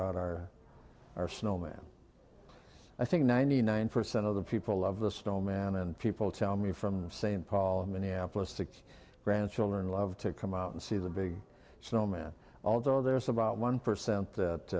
out our our snowman i think ninety nine percent of the people love the snow man and people tell me from st paul in minneapolis to grandchildren love to come out and see the big snowman although there is about one percent that